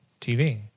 TV